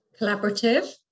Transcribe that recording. Collaborative